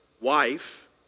wife